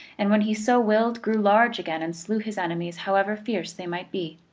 and when he so willed, grew large again and slew his enemies, however fierce they might be.